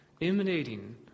emanating